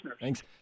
Thanks